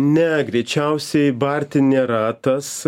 ne greičiausiai barti nėra tas